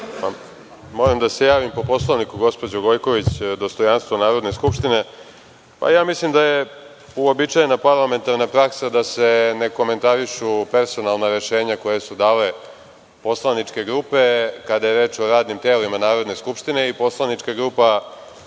Moram da se javim po Poslovniku gospođo Gojković, dostojanstvo Narodne skupštine. Ja mislim da je uobičajena parlamentarna praksa da se ne komentarišu personalna rešenja koja su dale poslaničke grupe kada je reč o radnim telima Narodne skupštine i poslanička grupa